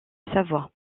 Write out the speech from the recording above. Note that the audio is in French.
savoie